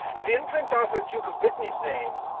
and in prince arthur duke of brittany's name,